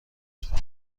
لطفا